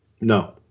No